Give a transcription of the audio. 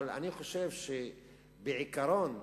אבל אני חושב, שבעיקרון,